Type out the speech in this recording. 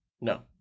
no